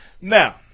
now